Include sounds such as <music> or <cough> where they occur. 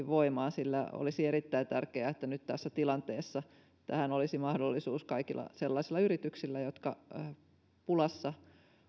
<unintelligible> voimaan olisi erittäin tärkeää että nyt tässä tilanteessa tähän olisi mahdollisuus kaikilla sellaisilla yrityksillä jotka ovat pulassa